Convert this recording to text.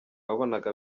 wabonaga